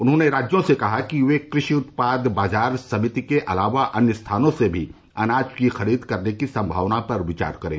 उन्होंने राज्यों से कहा कि वे कृषि उत्पाद बाजार समिति के अलावा अन्य स्थानों से भी अनाज की खरीद करने की सम्भावना पर विचार करें